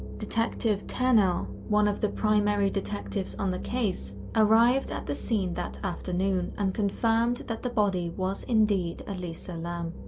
detective tennelle, one of the primary detectives on the case, arrived at the scene that afternoon and confirmed that the body was indeed elisa lam.